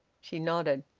she nodded.